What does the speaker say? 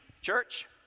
Church